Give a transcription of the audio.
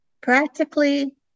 Practically